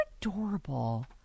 adorable